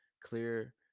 clear